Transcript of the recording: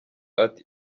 ati